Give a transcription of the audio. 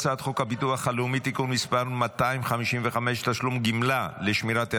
הצעת חוק הביטוח הלאומי (תיקון מס' 255) (תשלום גמלה לשמירת היריון),